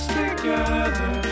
together